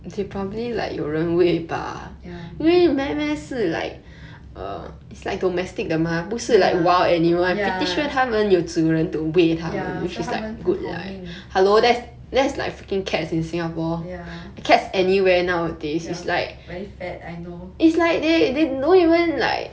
ya ya ya ya so 他们很好命 ya very fat I know